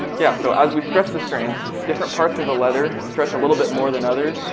yeah, so as we stretched the strands, different parts of the leather stretch a little bit more than others.